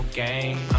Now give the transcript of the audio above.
game